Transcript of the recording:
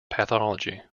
pathology